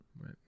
Right